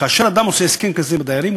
כאשר אדם עושה הסכם כזה עם הדיירים הוא